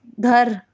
گھر